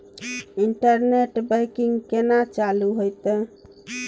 Internet banking केना चालू हेते?